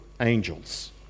angels